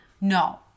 No